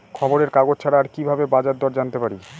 খবরের কাগজ ছাড়া আর কি ভাবে বাজার দর জানতে পারি?